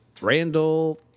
Randall